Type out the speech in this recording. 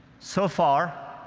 so far,